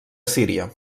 síria